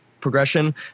progression